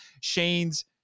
Shane's